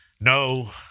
No